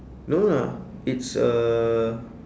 no lah it's uh